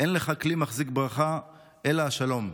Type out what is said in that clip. אין לך כלי מחזיק ברכה אלא השלום.